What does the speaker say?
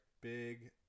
big